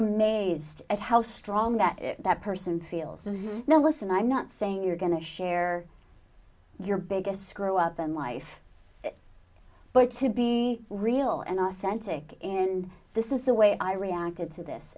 amazed at how strong that person feels and now listen i'm not saying you're going to share your biggest screw up in life but to be real and authentic and this is the way i reacted to this